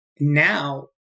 now